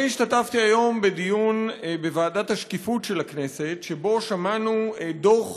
השתתפתי היום בדיון בוועדת השקיפות של הכנסת שבו שמענו דוח